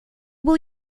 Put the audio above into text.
will